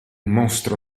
mostro